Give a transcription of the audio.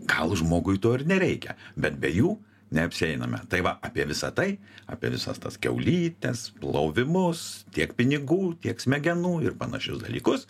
gal žmogui to ir nereikia bet be jų neapsieiname tai va apie visa tai apie visas tas kiaulytes plovimus tiek pinigų tiek smegenų ir panašius dalykus